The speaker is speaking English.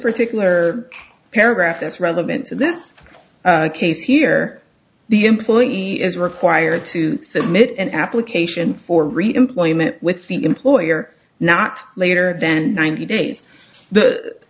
particular paragraph that's relevant to this case here the employee is required to submit an application for re employment with the employer not later than ninety days